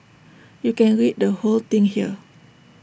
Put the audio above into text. you can read the whole thing here